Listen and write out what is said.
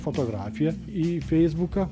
fotografiją į feisbuką